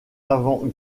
avant